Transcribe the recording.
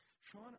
Sean